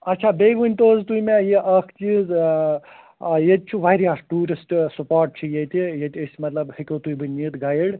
آچھا بیٚیہِ ؤنۍ تو حظ تُہۍ مےٚ یہِ اکھ چیٖز ٲں ٲں ییٚتہِ چھِ واریاہ ٹیٛوٗرِسٹہٕ سپاٹ چھِ ییٚتہِ ییٚتہِ أسۍ مطلب ہیٚکو تُہۍ بہٕ نِتھ گایِڈ